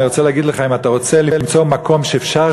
אני רוצה להגיד לך: אם אתה רוצה למצוא מקום שאפשר,